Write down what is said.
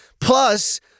Plus